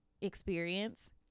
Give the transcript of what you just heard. experience